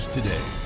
Today